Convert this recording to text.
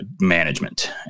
management